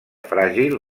fràgil